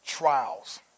Trials